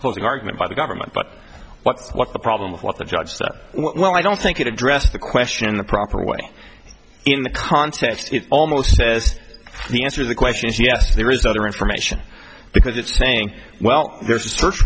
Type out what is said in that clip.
closing argument by the government but what's what the problem what the judge said well i don't think it addressed the question in the proper way in the context almost says the answer the question is yes there is other information because it's thing well there's a search